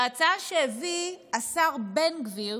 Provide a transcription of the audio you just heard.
ההצעה שהביא השר בן גביר